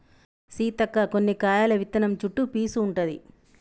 సీతక్క కొన్ని కాయల విత్తనం చుట్టు పీసు ఉంటది